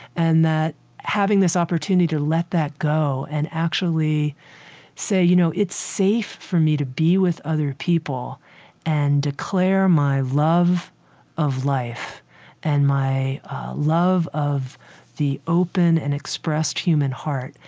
that having this opportunity to let that go and actually say, you know, it's safe for me to be with other people and declare my love of life and my love of the open and expressed human heart,